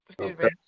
Okay